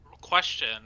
question